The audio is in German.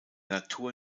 natur